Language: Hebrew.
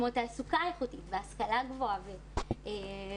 כמו תעסוקה איכותית והשכלה גבוהה ותרבות,